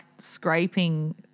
scraping